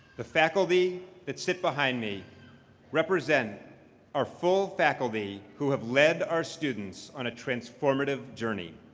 the faculty that sit behind me represent our full faculty who have led our students on a transformative journey.